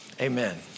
Amen